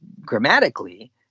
grammatically